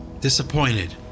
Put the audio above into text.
disappointed